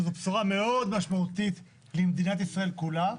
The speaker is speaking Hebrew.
שזו בשורה מאוד משמעותית למדינת ישראל כולה,